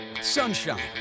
Sunshine